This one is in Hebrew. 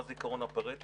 מה זה עיקרון הפארטו?